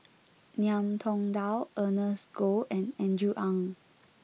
Ngiam Tong Dow Ernest Goh and Andrew Ang